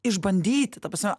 išbandyti ta prasme